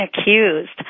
accused